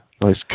Nice